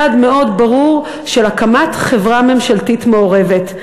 יעד מאוד ברור של הקמת חברה ממשלתית מעורבת.